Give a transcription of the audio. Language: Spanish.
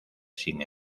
sin